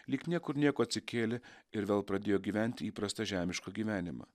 lyg niekur nieko atsikėlė ir vėl pradėjo gyventi įprastą žemišką gyvenimą